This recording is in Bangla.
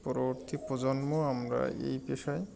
পরবর্তী প্রজন্ম আমরা এই পেশায়